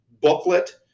booklet